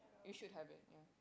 you should have it yeah